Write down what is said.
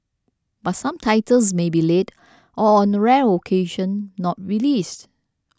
but some titles may be late or on a rare occasion not released